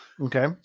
Okay